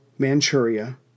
Manchuria